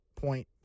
point